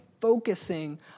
focusing